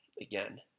Again